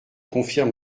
confirme